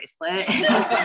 bracelet